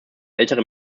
ältere